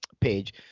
page